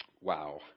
Wow